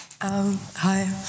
Hi